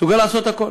מסוגל לעשות הכול.